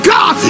God